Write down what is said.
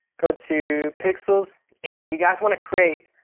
go to pixels and you guys want to create,